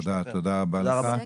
תודה רבה לך.